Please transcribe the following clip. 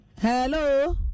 Hello